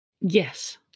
Yes